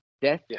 death